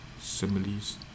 similes